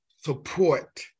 support